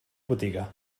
botiga